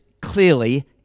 clearly